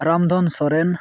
Ramdhan Soren